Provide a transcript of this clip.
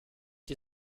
die